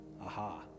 Aha